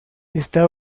está